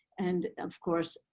and of course,